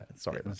Sorry